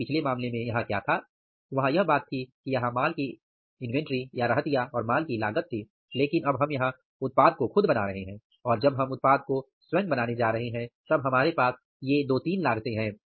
अभी पिछले मामले में यहां क्या था वहां यह बात थी कि यहां माल की इन्वेंटरी और माल की लागत थी लेकिन अब हम यहां उत्पाद को खुद बनाने जा रहे हैं और जब हम उत्पाद को स्वयं बनाने जा रहे हैं तब हमारे पास ये तीन लागते हैं